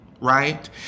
right